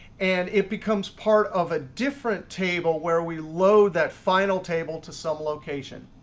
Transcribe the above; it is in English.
and it becomes part of a different table where we load that final table to some location.